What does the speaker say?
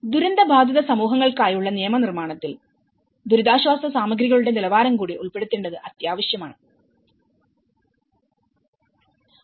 ദുരന്തബാധിത സമൂഹങ്ങൾക്കായുള്ള നിയമനിർമ്മാണങ്ങളിൽ ദുരിതാശ്വാസ സാമഗ്രികളുടെ നിലവാരം കൂടി ഉൾപെടുത്തേണ്ടത് അത്യാവശ്യം ആണ്